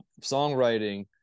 songwriting